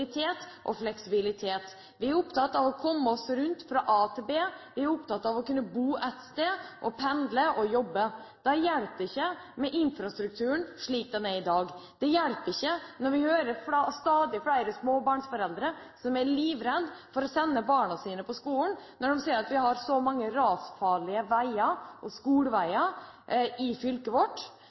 og fleksibilitet. Vi er opptatt av å komme oss rundt fra A til B, vi er opptatt av å kunne bo ett sted og pendle til jobb. Da hjelper det ikke med infrastrukturen slik den er i dag. Det hjelper ikke når vi hører at stadig flere småbarnsforeldre er livredde for å sende barna sine på skolen, når de ser at vi har så mange rasfarlige skoleveier i fylket vårt.